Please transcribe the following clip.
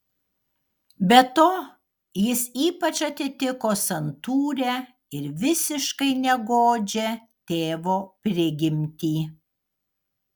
be to jis ypač atitiko santūrią ir visiškai negodžią tėvo prigimtį